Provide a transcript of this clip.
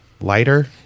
lighter